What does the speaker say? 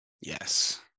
Yes